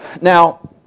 Now